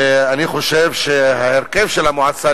אני חושב שההרכב של המועצה,